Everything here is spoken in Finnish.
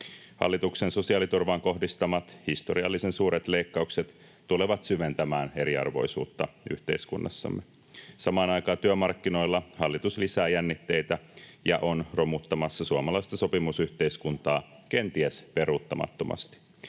Hallituksen sosiaaliturvaan kohdistamat historiallisen suuret leikkaukset tulevat syventämään eriarvoisuutta yhteiskunnassamme. Samaan aikaan työmarkkinoilla hallitus lisää jännitteitä ja on romuttamassa suomalaista sopimusyhteiskuntaa kenties peruuttamattomasti.